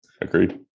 Agreed